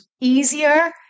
easier